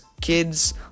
kids